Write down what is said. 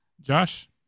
Josh